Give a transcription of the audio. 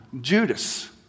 Judas